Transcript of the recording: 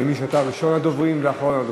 אני מבין שאתה ראשון הדוברים ואחרון הדוברים.